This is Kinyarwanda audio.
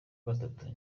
gatatu